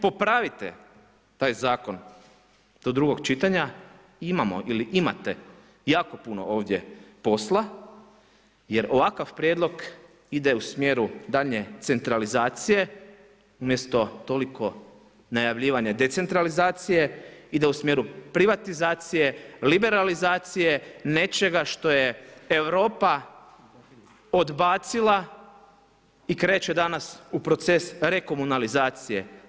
Popravite taj zakon do drugog čitanja, imamo ili imate jako puno ovdje posla jer ovakav prijedlog ide u smjeru daljnje centralizacije umjesto toliko najavljivane decentralizacije, ide u smjeru privatizacije, liberalizacije, nečega što je Europa odbacila i kreće danas u proces rekomunalizacije.